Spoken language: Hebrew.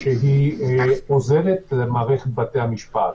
שעוזרת למערכת בתי המשפט.